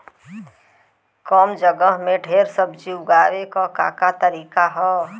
कम जगह में ढेर सब्जी उगावे क का तरीका ह?